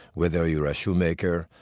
whether you're a shoemaker,